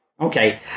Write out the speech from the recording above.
Okay